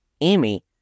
Amy